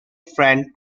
friend